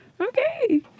okay